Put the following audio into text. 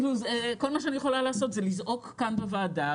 כל מה שאני יכולה לעשות זה לזעוק כאן בוועדה.